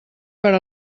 per